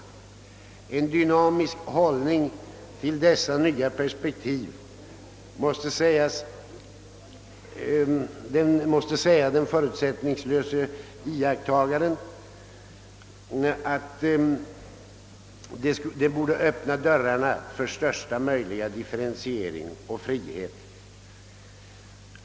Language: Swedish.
Den = förutsättningslöse iakttagaren måste säga sig att en dynamisk hållning till dessa nya perspektiv borde öppna dörrarna för största möjliga differentiering och frihet.